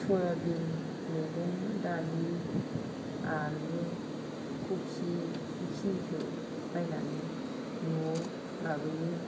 soybean मैगं दालि आलु खबि इखिनिखो बायनानै न'आव लाबोयो